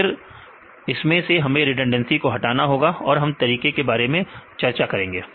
फिर इसमें से हमें रिडंडेंसी को हटाना होगा और हम तरीकों के बारे में चर्चा करेंगे